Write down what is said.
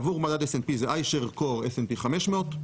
עבור מדד S&P זה iShares core s&p 500,